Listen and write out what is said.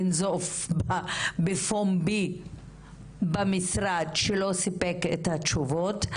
לנזוף בפומבי במשרד שלא סיפק את התשובות.